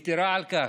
יתרה מכך,